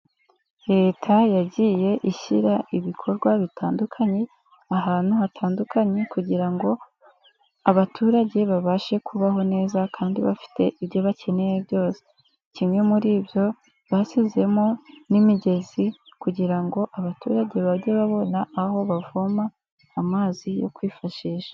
Leta yagiye ishyira ibikorwa bitandukanye ahantu hatandukanye, kugira ngo abaturage babashe kubaho neza kandi bafite ibyo bakeneye byose. Kimwe muri ibyo bashyizemo n'imigezi kugira ngo abaturage bajye babona aho bavoma amazi yo kwifashisha.